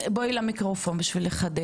בבקשה.